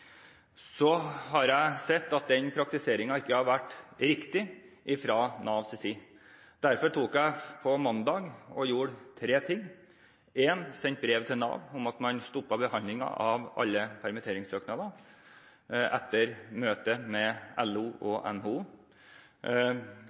Så har jeg sett at den praktiseringen ikke har vært riktig fra Navs side. Derfor gjorde jeg på mandag følgende: Jeg sendte brev til Nav om at man stopper behandlingen av alle permitteringssøknader, etter møtet med LO og